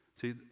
See